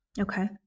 Okay